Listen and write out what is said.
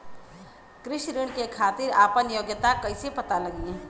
कृषि ऋण के खातिर आपन योग्यता कईसे पता लगी?